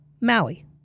Maui